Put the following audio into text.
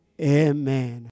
amen